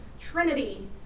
Trinity